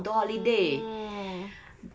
orh